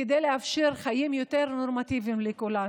כדי לאפשר חיים יותר נורמטיביים לכולנו.